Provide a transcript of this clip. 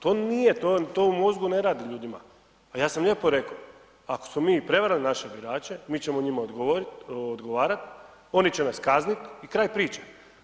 To nije, to u mozgu ne radi ljudima, a ja sam lijepo rekao, ako smo i prevarili naše birače mi ćemo njima odgovarat, oni će nas kaznit i kraj priče.